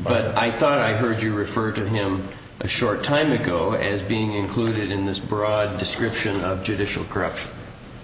but i i thought i heard you refer to him a short time ago as being included in this broad description of judicial corruption you